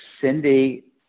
Cindy